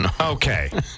Okay